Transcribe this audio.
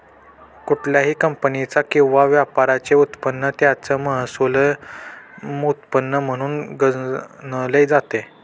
कुठल्याही कंपनीचा किंवा व्यापाराचे उत्पन्न त्याचं महसुली उत्पन्न म्हणून गणले जाते